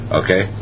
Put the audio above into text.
okay